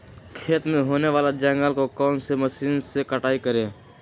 खेत में होने वाले जंगल को कौन से मशीन से कटाई करें?